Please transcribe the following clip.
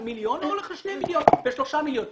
על המיליון שקלים או על שני מיליון השקלים ושלושה מיליון שקלים.